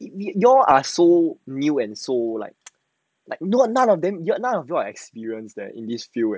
if your ah so new and so like like none of you have experience that in this field right